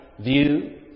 view